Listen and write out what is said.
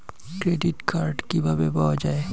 Credit card কিভাবে পাওয়া য়ায়?